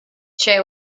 c’è